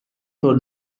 for